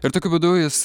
ir tokiu būdu jis